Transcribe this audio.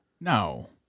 No